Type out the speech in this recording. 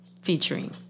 featuring